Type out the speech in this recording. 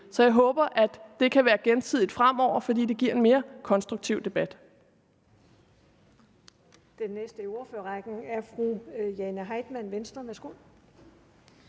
Så jeg håber, at det kan være gensidigt fremover, for det giver en mere konstruktiv debat.